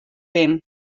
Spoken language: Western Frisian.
bin